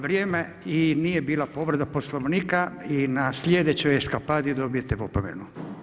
Vrijeme i nije bila povreda Poslovnika i na slijedećoj eskapadi dobijete opomenu.